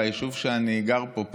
ביישוב שאני גר בו,